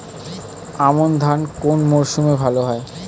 আমন ধান কোন মরশুমে ভাল হয়?